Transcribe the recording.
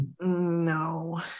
No